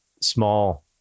small